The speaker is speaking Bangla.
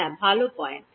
হ্যাঁ ভাল পয়েন্ট